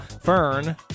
Fern